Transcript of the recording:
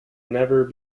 never